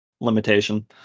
limitation